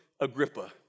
Agrippa